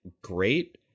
great